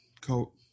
coat